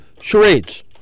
charades